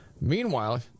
Meanwhile